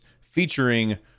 featuring